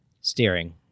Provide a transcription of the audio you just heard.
Steering